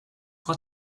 what